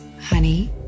honey